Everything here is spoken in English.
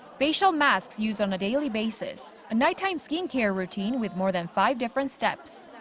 facial masks used on a daily basis, a night-time skin care routine with more than five different steps.